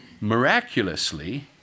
Miraculously